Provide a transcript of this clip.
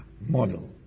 model